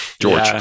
George